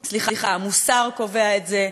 המוסר קובע את זה,